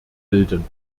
bilden